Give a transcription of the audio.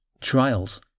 trials